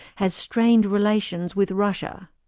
has strained relations with russia.